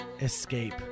Escape